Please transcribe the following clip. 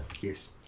Yes